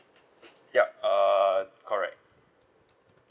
yup err correct